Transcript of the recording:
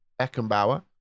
Eckenbauer